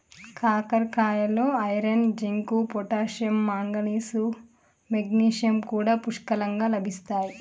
కాకరకాయలో iron, zinc, potassium, manganese, magnesium కూడా పుష్కలంగా లభిస్తాయి